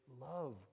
love